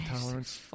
tolerance